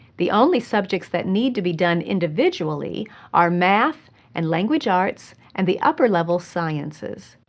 the only subjects that need to be done individually are math and language arts and the upper level sciences.